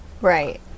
right